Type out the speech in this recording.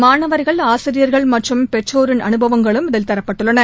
மாணவர்கள் ஆசிரியர்கள் மற்றும் பெற்றோரின் அனுபவங்களும் இதில் தரப்பட்டுள்ளன